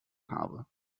habe